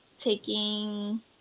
taking